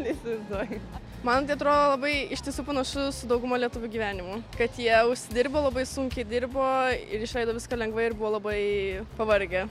neįsivaizduoju man tai atrodo labai iš tiesų panašu su dauguma lietuvių gyvenimu kad jie užsidirbo labai sunkiai dirbo ir išleido viską lengvai ir buvo labai pavargę